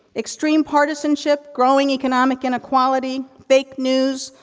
extreme partisanship, growing economic inequality, fake news,